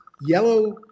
yellow